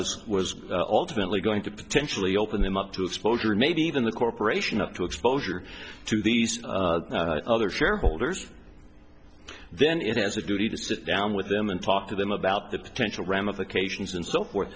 was was ultimately going to potentially open them up to exposure and maybe even the corporation up to exposure to these other shareholders then it has a duty to sit down with them and talk to them about the potential ramifications and so forth